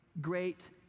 great